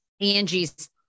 Angie's